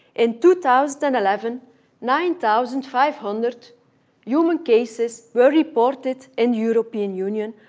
in two thousand and eleven nine thousand five hundred human cases were reported in european union,